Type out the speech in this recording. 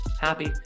happy